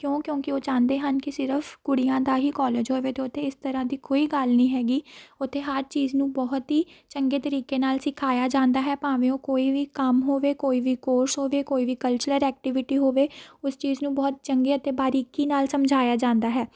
ਕਿਉਂ ਕਿਉਂਕਿ ਉਹ ਚਾਹੁੰਦੇ ਹਨ ਕਿ ਸਿਰਫ ਕੁੜੀਆਂ ਦਾ ਹੀ ਕੋਲਜ ਹੋਵੇ ਅਤੇ ਉੱਥੇ ਇਸ ਤਰ੍ਹਾਂ ਦੀ ਕੋਈ ਗੱਲ ਨਹੀਂ ਹੈਗੀ ਉੱਥੇ ਹਰ ਚੀਜ਼ ਨੂੰ ਬਹੁਤ ਹੀ ਚੰਗੇ ਤਰੀਕੇ ਨਾਲ ਸਿਖਾਇਆ ਜਾਂਦਾ ਹੈ ਭਾਵੇਂ ਉਹ ਕੋਈ ਵੀ ਕੰਮ ਹੋਵੇ ਕੋਈ ਵੀ ਕੋਰਸ ਹੋਵੇ ਕੋਈ ਵੀ ਕਲਚਰਲ ਐਕਟੀਵਿਟੀ ਹੋਵੇ ਉਸ ਚੀਜ਼ ਨੂੰ ਬਹੁਤ ਚੰਗੇ ਅਤੇ ਬਾਰੀਕੀ ਨਾਲ ਸਮਝਾਇਆ ਜਾਂਦਾ ਹੈ